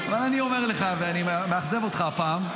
אבל אני אומר לך ומאכזב אותך הפעם,